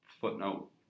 footnote